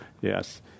Yes